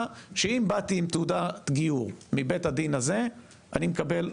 שאם באתי עם תעודת גיור מבית הדין הזה אני מקבל,